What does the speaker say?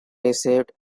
received